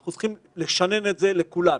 אנחנו צריכים לשנן את זה לכולם.